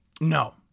No